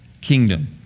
kingdom